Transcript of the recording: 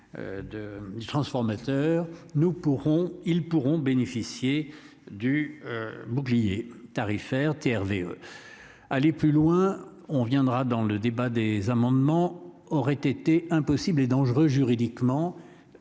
De transformateurs nous pourrons ils pourront bénéficier du. Bouclier tarifaire TRV. Aller plus loin. On reviendra dans le débat des amendements aurait été impossible et dangereux juridiquement.